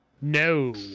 No